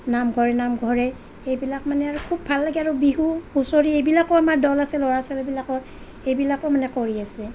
নামঘৰে নামঘৰে এইবিলাক মানে আৰু খুব ভাল লাগে আৰু বিহু হুঁচৰি এইবিলাকো আমাৰ দল আছে ল'ৰা ছোৱালীবিলাকৰ এইবিলাকো মানে কৰি আছে